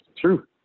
True